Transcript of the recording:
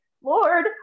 Lord